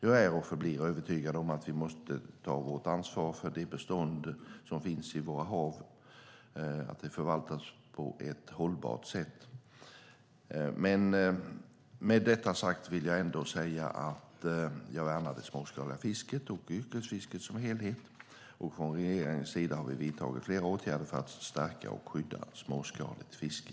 Jag är och förblir övertygad om att vi måste ta vårt ansvar för att de bestånd som finns i våra hav förvaltas på ett hållbart sätt. Med det sagt vill jag ändå säga att jag värnar det småskaliga fisket och yrkesfisket som helhet, och från regeringens sida har vi vidtagit flera åtgärder för att stärka och skydda småskaligt fiske.